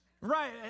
Right